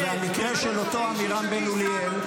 והמקרה של אותו עמירם בן אוליאל,